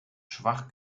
schwach